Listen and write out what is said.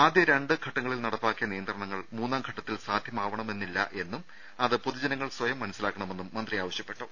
ആദ്യ രണ്ടു ഘട്ടങ്ങളിൽ നടപ്പാക്കിയ നിയന്ത്രണങ്ങൾ മൂന്നാംഘട്ടത്തിൽ സാധ്യമാവണമെന്നില്ലെന്നും അത് പൊതുജനങ്ങൾ സ്വയം മനസിലാക്കണമെന്നും മന്ത്രി ആവശ്യപ്പെട്ടു